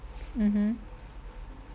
mmhmm